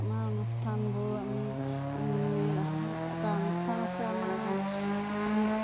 আমাৰ অনুষ্ঠানবোৰ আমি এটা অনুষ্ঠান আছে আমাৰ নাম